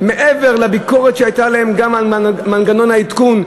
מעבר לביקורת שהייתה להם גם על מנגנון העדכון,